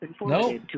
No